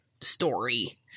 story